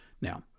Now